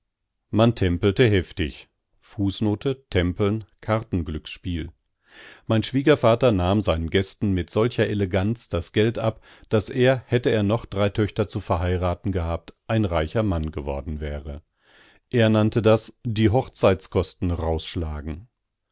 man tempelte tempeln kartenglücksspiel heftig mein schwiegervater nahm seinen gästen mit solcher eleganz das geld ab daß er hätte er noch drei töchter zu verheiraten gehabt ein reicher mann geworden wäre er nannte das die hochzeitskosten